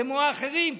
כמו האחרים,